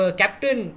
captain